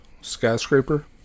Skyscraper